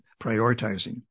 prioritizing